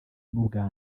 n’ubwa